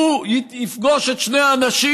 הוא יפגוש את שני האנשים,